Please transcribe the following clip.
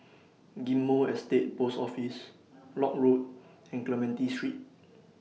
Ghim Moh Estate Post Office Lock Road and Clementi Street